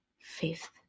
fifth